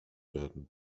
werden